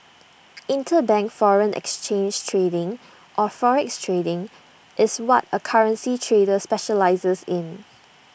interbank foreign exchange trading or forex trading is what A currency trader specialises in